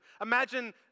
Imagine